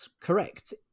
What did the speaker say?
correct